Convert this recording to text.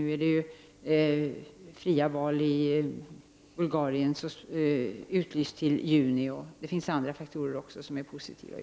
Nu har det i Bulgarien utlysts fria val till i juni, och det finns även andra faktorer i utvecklingen som är positiva.